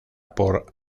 por